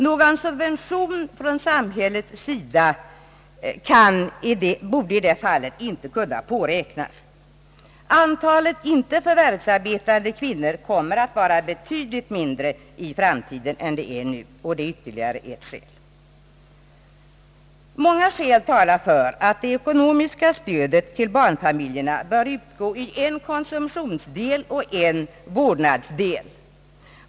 Någon subvention från samhället borde i det fallet inte kunna påräknas. Antalet inte förvärvsarbetande kvinnor kommer att vara betydligt mindre i framtiden än nu, vilket är ytterligare ett skäl. Mycket talar för att det ekonomiska stödet till barnfamiljerna bör utgå i en konsumtionsdel och en vårdnadsdel.